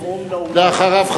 ואחריו,